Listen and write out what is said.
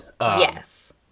Yes